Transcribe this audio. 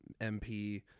MP